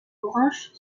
branche